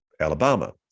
alabama